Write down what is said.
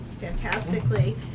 fantastically